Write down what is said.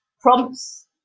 prompts